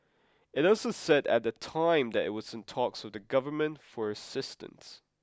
it also said at the time that it was in talks with the Government for assistance